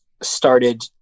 started